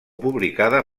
publicada